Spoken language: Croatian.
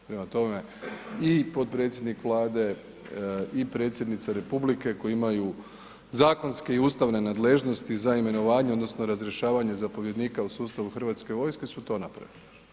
Prema tome i potpredsjednik Vlade, i predsjednica Republike koji imaju zakonske i ustavne nadležnosti za imenovanje odnosno razrješavanje zapovjednika u sustavu hrvatske vojske su to napravili.